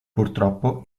purtroppo